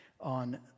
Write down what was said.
on